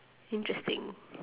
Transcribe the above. interesting